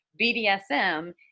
BDSM